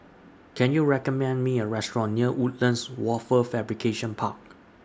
Can YOU recommend Me A Restaurant near Woodlands Wafer Fabrication Park